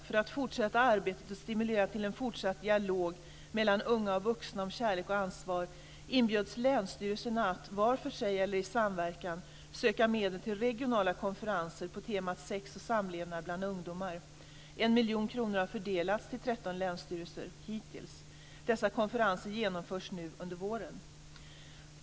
För att fortsätta arbetet och stimulera till en fortsatt dialog mellan unga och vuxna om kärlek och ansvar inbjöds länsstyrelserna att, var för sig eller i samverkan, söka medel till regionala konferenser på temat sex och samlevnad bland ungdomar. En miljon kronor har fördelats till 13 länsstyrelser hittills. Dessa konferenser genomförs nu under våren.